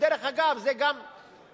דרך אגב, זה גם מתבקש